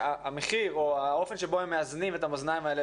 שהמחיר או האופן בו הם מאזנים את המאזניים האלה,